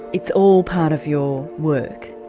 it's all part of your work.